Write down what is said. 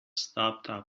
stopped